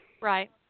right